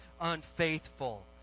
unfaithful